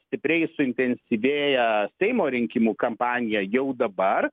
stipriai suintensyvėja seimo rinkimų kampanija jau dabar